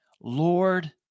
Lord